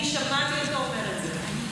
אני שמעתי אותו אומר את זה.